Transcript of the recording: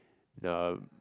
the